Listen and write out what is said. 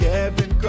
Kevin